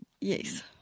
yes